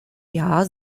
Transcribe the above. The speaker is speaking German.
jahr